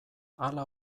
hala